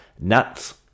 nuts